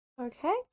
Okay